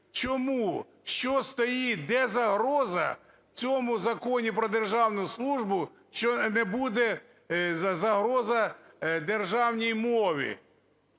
Чому, що стоїть, де загроза в цьому Законі "Про державну службу", що не буде загроза державній мові